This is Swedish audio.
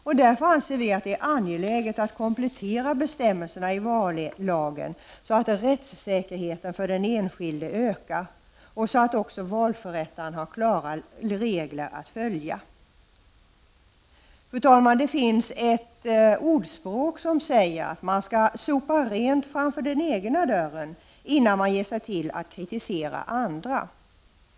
Det är därför angeläget att komplettera bestämmelserna i vallagen, så att rättssäkerheten för den enskilde ökar och så att valförrättaren har klara regler att följa. Fru talman! Det finns ett ordspråk som säger att man skall sopa rent framför den egna dörren innan man ger sig till att kritisera andra.